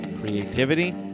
Creativity